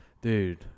Dude